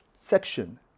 section